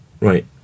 right